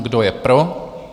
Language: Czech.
Kdo je pro?